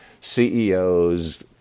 CEOs